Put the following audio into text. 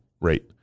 rate